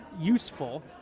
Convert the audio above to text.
useful